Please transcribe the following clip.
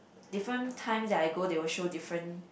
different time that I go they will show different